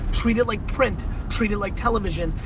treat it like print, treat it like television.